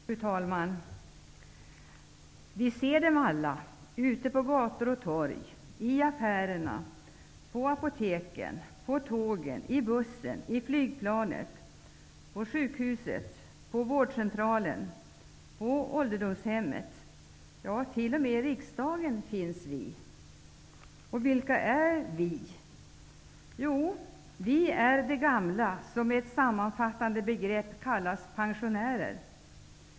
Fru talman! Vi ser dem alla -- ute på gator och torg, i affärerna, på apoteken, i bussen, i flygplanet, på sjukhuset, på vårdcentralen och på ålderdomshemmet. Ja, t.o.m. i riksdagen finns vi. Vilka är vi? Jo, vi är de gamla, som med ett sammanfattande begrepp kallas pensionärer.